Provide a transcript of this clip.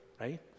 right